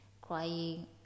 crying